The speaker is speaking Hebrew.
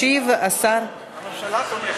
ישיב השר, הממשלה תומכת.